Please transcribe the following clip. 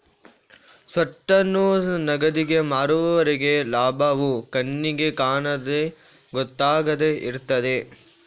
ಸ್ವತ್ತನ್ನು ನಗದಿಗೆ ಮಾರುವವರೆಗೆ ಲಾಭವು ಕಣ್ಣಿಗೆ ಕಾಣದೆ ಗೊತ್ತಾಗದೆ ಇರ್ತದೆ